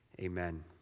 amen